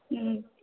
हूँ